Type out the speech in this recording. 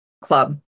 club